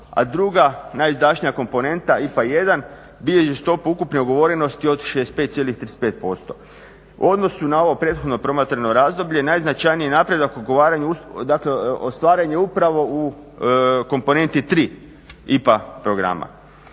a druga najizdašnija komponenta IPA I bilježi stopu ukupne ugovorenosti od 65,35%. U odnosnu na ovo prethodno promatrano razdoblje, najznačajniji napredak u ugovaranju, dakle ostvaren je upravo u komponenti III IPA programa.